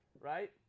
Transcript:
right